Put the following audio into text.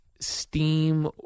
steam